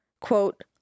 Quote